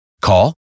Call